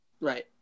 Right